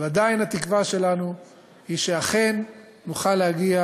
אבל עדיין התקווה שלנו היא שאכן נוכל להגיע